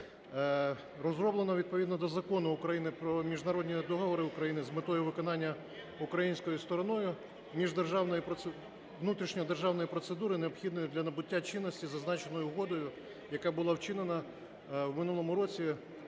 розроблено відповідно до Закону України "Про міжнародні договори України" з метою виконання українською стороною внутрішньої державної процедури, необхідної для набуття чинності зазначеною угодою, яка була вчинена в минулому році